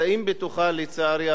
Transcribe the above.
לצערי הרב.